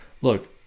look